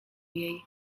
jej